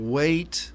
wait